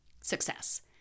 success